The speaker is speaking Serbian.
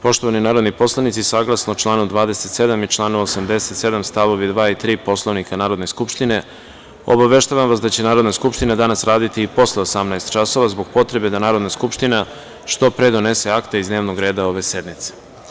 Poštovani narodni poslanici, saglasno članu 27. i članu 87. stavovi 2. i 3. Poslovnika Narodne skupštine, obaveštavam vas da će Narodna skupština danas raditi posle 18,00 časova zbog potrebe da Narodna skupština što pre donese akte iz dnevnog reda ove sednice.